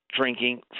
drinking